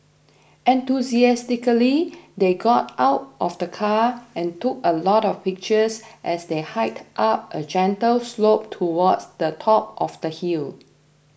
enthusiastically they got out of the car and took a lot of pictures as they hiked up a gentle slope towards the top of the hill